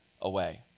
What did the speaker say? away